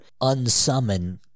unsummon